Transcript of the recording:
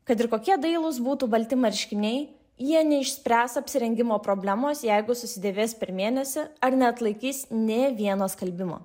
kad ir kokie dailūs būtų balti marškiniai jie neišspręs apsirengimo problemos jeigu susidėvės per mėnesį ar neatlaikys nė vieno skalbimo